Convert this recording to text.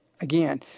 again